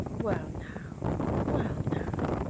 well now well now.